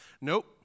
Nope